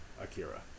Akira